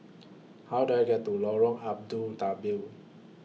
How Do I get to Lorong Abu Do